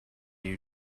you